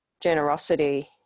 generosity